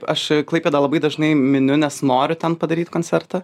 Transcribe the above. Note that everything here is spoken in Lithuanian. aš klaipėdą labai dažnai miniu nes noriu ten padaryt koncertą